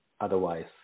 Otherwise